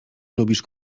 lubisz